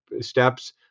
steps